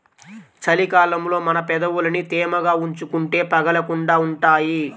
చలి కాలంలో మన పెదవులని తేమగా ఉంచుకుంటే పగలకుండా ఉంటాయ్